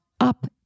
up